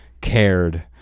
cared